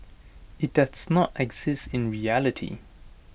IT does not exist in reality